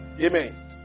Amen